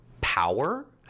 power